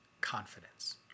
confidence